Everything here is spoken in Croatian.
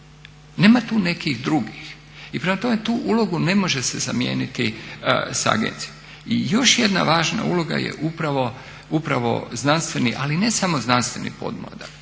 Nema tu nekih drugih. I prema tome tu ulogu ne može se zamijeniti sa agencijom. I još jedna važna uloga je upravo znanstveni ali ne samo znanstveni pomladak,